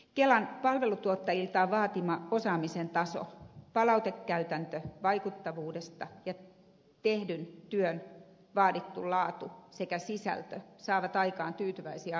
kelan palvelutuottajiltaan vaatima osaamisen taso palautekäytäntö vaikuttavuudesta ja tehdyn työn vaadittu laatu sekä sisältö saavat aikaan tyytyväisiä asiakkaita